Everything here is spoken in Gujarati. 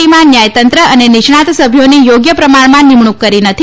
ટીમાં ન્યાયતંત્ર અને નિષ્ણાંત સભ્યોની યોગ્ય પ્રમાણમાં નિમણૂંક કરી નથી